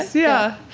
yeah.